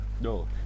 No